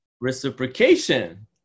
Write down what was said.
Reciprocation